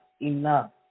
enough